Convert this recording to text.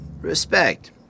respect